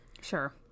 Sure